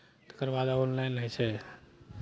तकरबाद ऑनलाइन होइ छै